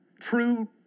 True